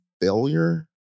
failure